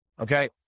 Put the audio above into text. Okay